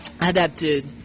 adapted